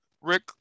Rick